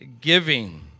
giving